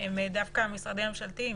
הם דווקא משרדים ממשלתיים.